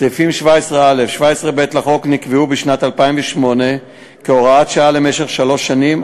סעיפים 17א ו-17ב לחוק נקבעו בשנת 2008 כהוראת שעה למשך שלוש שנים,